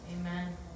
Amen